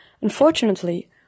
Unfortunately